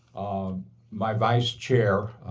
my vice chair